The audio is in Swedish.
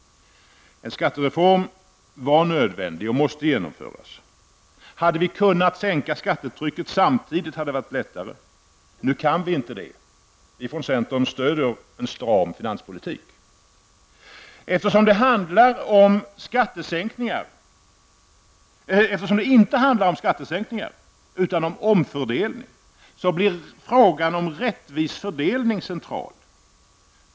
En skattereform var nödvändig och måste genomföras. Hade vi kunnat sänka skattetrycket samtidigt hade det varit lättare. Nu kan vi inte det. Vi från centern stöder en stram finanspolitik. Eftersom det inte handlar om skattesänkningar utan om omfördelningar blir frågan om rättvis fördelning central.